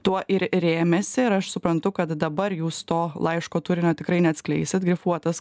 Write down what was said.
tuo ir rėmėsi ir aš suprantu kad dabar jūs to laiško turinio tikrai neatskleisit grifuotas